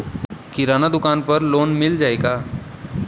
किराना दुकान पर लोन मिल जाई का?